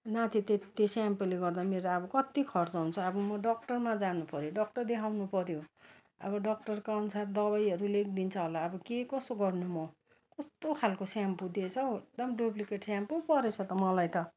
नाथे ते त्यो सेम्पोले गर्दा मेरो अब कति खर्च हुन्छ अब म डाक्टरमा जानु पर्यो डाक्टर देखाउनु पर्यो अब डाक्टरको अनुसार दबाईहरू लेखिदिन्छ होला अब के कसो गर्नु म कस्तो खाले सेम्पो दिएछ हौ एकदम डुप्लिकेट सेम्पो पो परेछ त मलाई त